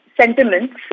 sentiments